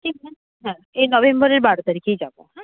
ঠিক হ্যাঁ হ্যাঁ এই নভেম্বরের বারো তারিখেই যাবো হ্যাঁ